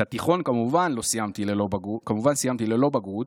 את התיכון כמובן סיימתי ללא בגרות,